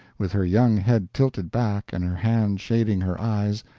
with her young head tilted back and her hand shading her eyes,